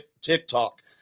TikTok